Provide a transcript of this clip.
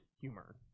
humor